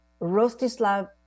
Rostislav